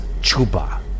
Chuba